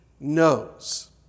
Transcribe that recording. knows